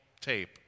tape